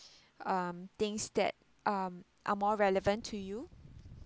um things that um are more relevant to you